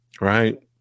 right